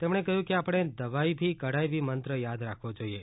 તેમણે કહ્યું કે આપણે દવાઇ ભી કડાઇ ભી મંત્ર યાદ રાખવો જોઈએ